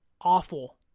Awful